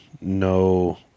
no